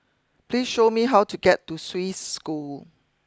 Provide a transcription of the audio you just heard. please show me how to get to Swiss School